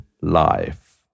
life